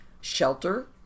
shelter